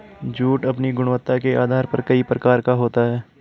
jute अपनी गुणवत्ता के आधार पर कई प्रकार का होता है